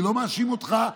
אני לא מאשים אותך,